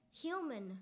human